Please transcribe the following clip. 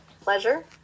pleasure